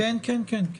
כן, כן.